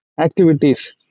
activities